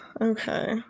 Okay